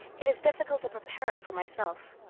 it is difficult to prepare it for myself.